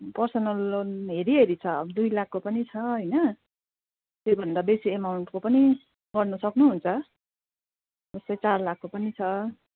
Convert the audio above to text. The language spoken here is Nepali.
पर्सनल लोन हेरी हेरी छ अब दुई लाखको पनि छ होइन त्योभन्दा बेसी एमाउन्टको पनि गर्नु सक्नुहुन्छ जस्तै चार लाखको पनि छ